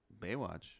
Baywatch